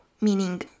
meaning